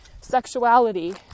sexuality